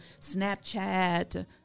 Snapchat